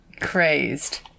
crazed